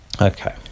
Okay